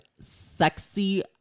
sexy